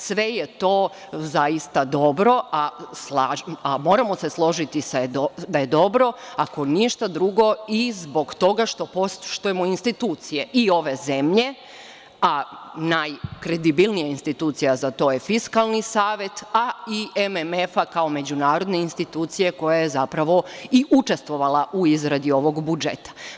Sve je to zaista dobro, a moramo se složiti da je dobro, ako ništa drugo, i zbog toga što poštujemo institucije i ove zemlje, a najkredibilnija institucija za to je Fiskalni savet, a i MMF-a kao međunarodne institucije koja je zapravo i učestvovala u izradi ovog budžeta.